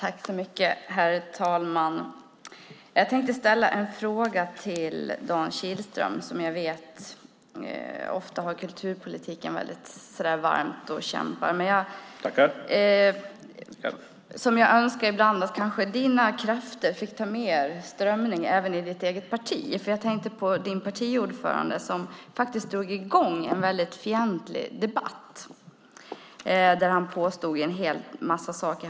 Herr talman! Jag tänkte ställa en fråga till Dan Kihlström, som jag vet har kulturpolitiken varmt om hjärtat och kämpar för den. Jag önskar ibland att dina krafter fick mer strömning i ditt eget parti. Jag tänker på din partiordförande som drog i gång en fientlig debatt där han påstod en hel massa saker.